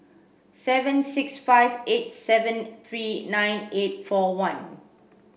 seven six five eight seven three nine eight four one